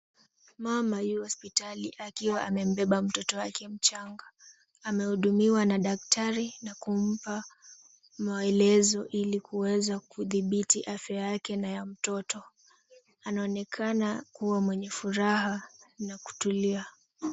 Mama yu hospitali akiwa amembeba mtoto wake mchanga. Amehudumiwa na daktari na kumpa maelezo ili kuweza kudhibiti afya yake na ya mtoto. Anaonekana kuwa mwenye furaha na kutulia.